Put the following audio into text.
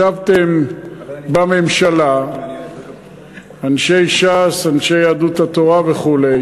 ישבתם בממשלה, אנשי ש"ס, אנשי יהדות התורה וכו'.